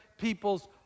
people's